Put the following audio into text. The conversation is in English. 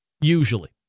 usually